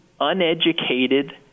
uneducated